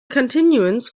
continuance